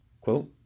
Quote